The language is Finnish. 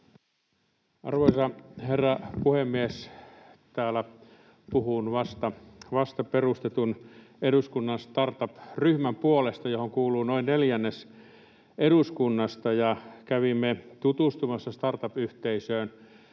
Arvoisa herra puhemies! Täällä puhun vasta perustetun eduskunnan startup-ryhmän puolesta, johon kuuluu noin neljännes eduskunnasta. — Kävimme tutustumassa startup-yhteisöön,